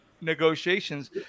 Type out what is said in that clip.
negotiations